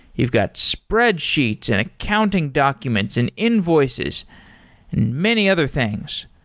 you've got spreadsheets, and accounting documents, and invoices, and many other things.